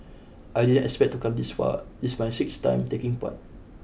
I didn't expect to come this far this my sixth time taking part